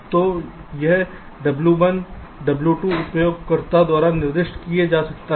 तो यह w1 w2 उपयोगकर्ता द्वारा निर्दिष्ट किया जा सकता है